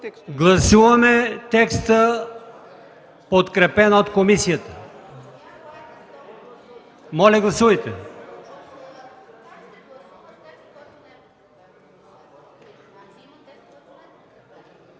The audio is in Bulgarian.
Гласуваме текста, подкрепен от комисията. Гласували